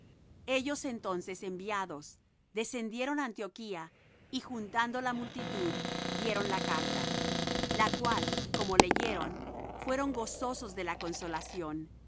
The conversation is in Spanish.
ellos entonces enviados descendieron á antioquía y juntando la multitud dieron la carta la cual como leyeron fueron gozosos de la consolación